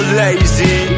lazy